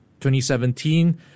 2017